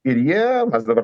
ir jie mes dabar